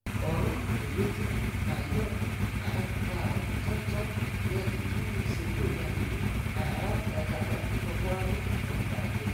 oru-ozo-zi. ayor ah. ka stor-stor. aki-ijeyi. iso-okpebi ayi-bi ayor,. kwa. anu. ayor ka